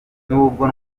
nubwo